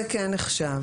זה כן נחשב.